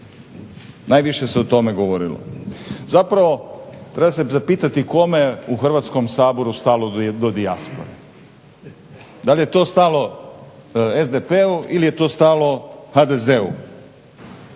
Najviše se o tome govorilo. Zapravo treba se zapitati kome je u Hrvatskom saboru stalo do dijaspore. Da li je to stalo SDP-u ili je to stalo HDZ-u?